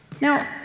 Now